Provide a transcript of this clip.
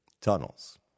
tunnels